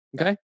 okay